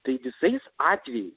taigi visais atvejais